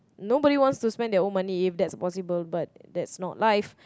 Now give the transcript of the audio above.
nobody wants to spend their own money if that's possible but that's not life